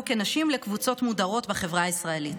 כנשים לקבוצות מודרות בחברה הישראלית.